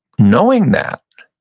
knowing that,